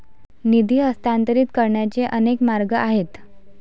निधी हस्तांतरित करण्याचे अनेक मार्ग आहेत